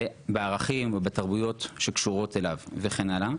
בערכים ובתרבויות שקשורות אליו וכדומה,